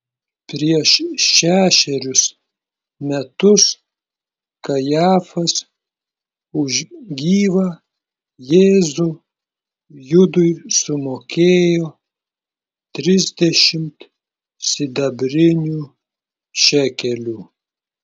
prieš šešerius metus kajafas už gyvą jėzų judui sumokėjo trisdešimt sidabrinių šekelių